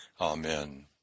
Amen